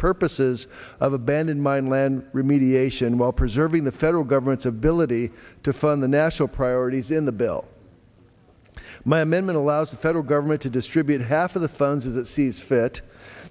purposes of abandoned mine land remediation while preserving the federal government's ability to fund the national priorities in the bill my amendment allows the federal government to distribute half of the funds as it sees fit